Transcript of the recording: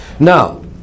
Now